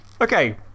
Okay